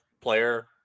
player